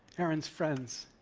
aaron's friends,